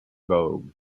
vogue